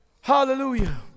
Hallelujah